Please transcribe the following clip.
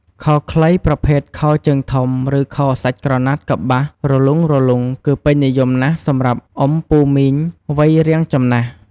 ខោខ្លីប្រភេទខោជើងធំ ឬខោសាច់ក្រណាត់កប្បាសរលុងៗ គឺពេញនិយមណាស់សម្រាប់អ៊ំពូមីងវ័យរាងចំណាស់។